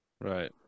Right